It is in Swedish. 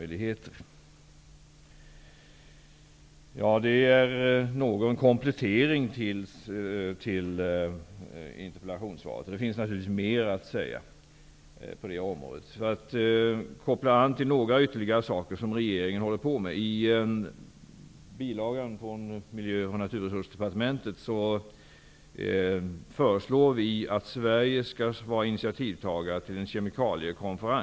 Detta är något av en komplettering till interpellationssvaret. Det finns naturligtvis mer att säga på området. Jag skall nämna ytterligare några frågor som regeringen arbetar med. I bilagan från Miljö och naturresursdepartementet föreslår regeringen att Sverige skall vara intitiativtagare till en kemikaliekonferens.